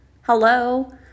Hello